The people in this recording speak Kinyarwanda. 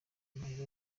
amarira